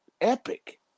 epic